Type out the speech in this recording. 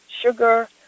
sugar